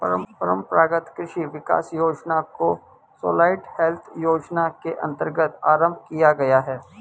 परंपरागत कृषि विकास योजना को सॉइल हेल्थ योजना के अंतर्गत आरंभ किया गया है